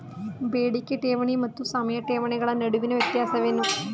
ಬೇಡಿಕೆ ಠೇವಣಿ ಮತ್ತು ಸಮಯ ಠೇವಣಿಗಳ ನಡುವಿನ ವ್ಯತ್ಯಾಸವೇನು?